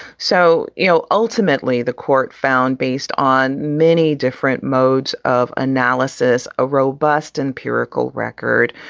so, you know, ultimately, the court found, based on many different modes of analysis, a robust and puracal record,